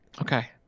Okay